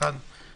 הצבעה אושרה.